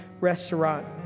restaurant